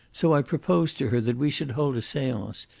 so i proposed to her that we should hold a seance,